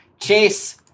Chase